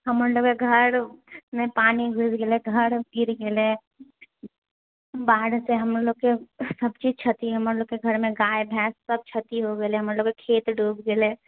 हमर लोककेँ घरमे पानि घुसि गेलै घर गिर गेलै बाढ़िसँ हमर लोककेँ सबचीज क्षति हमर लोककेँ घरमे गाय भैंस सब क्षति हो गेलए हमर लोककेँ खेत डुबि गेलए